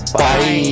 bye